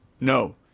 No